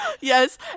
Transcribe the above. Yes